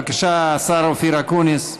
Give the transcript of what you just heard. בבקשה, השר אופיר אקוניס,